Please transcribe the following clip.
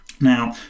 Now